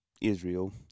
Israel